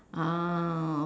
ah